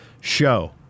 show